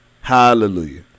Hallelujah